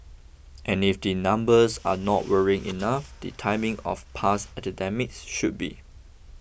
and if the numbers are not worrying enough the timing of past epidemics should be